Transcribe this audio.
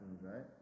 right